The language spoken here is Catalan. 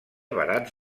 barats